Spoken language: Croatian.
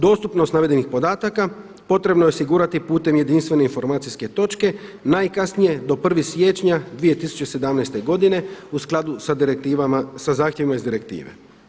Dostupnost navedenih podataka potrebno je osigurati putem jedinstvene informacijske točke najkasnije do 1. siječnja 2017. godine u skladu sa direktivama, sa zahtjevima iz direktive.